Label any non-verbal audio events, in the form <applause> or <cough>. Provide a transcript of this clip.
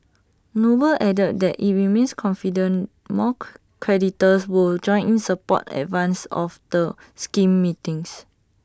noble added that IT remains confident more <unintelligible> creditors will join in support in advance of the scheme meetings